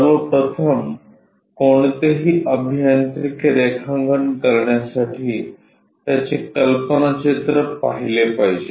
सर्वप्रथम कोणतेही अभियांत्रिकी रेखांकन करण्यासाठी त्याचे कल्पनाचित्र पाहिले पाहिजे